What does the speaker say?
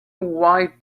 white